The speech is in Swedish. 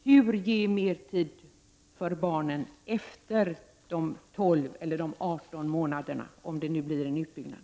Hur kan de ge mer tid för barnen efter de 12 månaderna, eller 18 månaderna om det nu blir en utbyggnad?